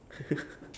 swimming